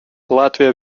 латвия